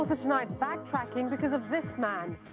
also, tonight, backtracking because of this man.